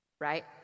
right